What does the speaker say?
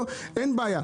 אין בעיה.